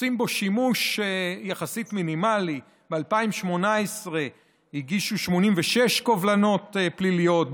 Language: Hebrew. עושים בו שימוש יחסית מינימלי: ב-2018 הגישו 86 קובלנות פליליות,